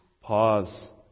pause